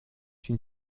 une